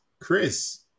Chris